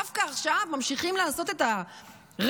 דווקא עכשיו ממשיכים לעשות את הרפורמה?